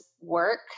work